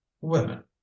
women